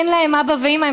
אין להן אבא ואימא,